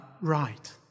right